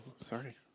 sorry